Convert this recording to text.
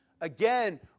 Again